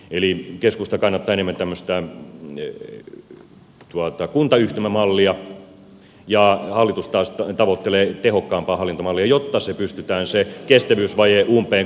eli keskusta kannattaa enemmän tämmöistä kuntayhtymämallia ja hallitus taas tavoittelee tehokkaampaa hallintomallia jotta se kestävyysvaje pystytään umpeen kuromaan